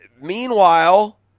Meanwhile